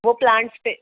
وہ پلانٹس پہ